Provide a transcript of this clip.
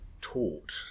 taught